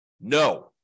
no